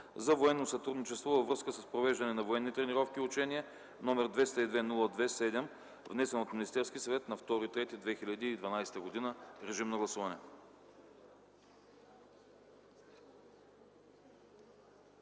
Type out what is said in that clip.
за военно сътрудничество във връзка с провеждане на военните тренировки и учения, № 202-02-7, внесен от Министерския съвет на 2 март 2012 г. Моля, гласувайте.